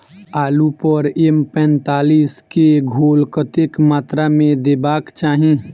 आलु पर एम पैंतालीस केँ घोल कतेक मात्रा मे देबाक चाहि?